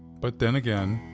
but then again,